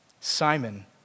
Simon